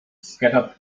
scattered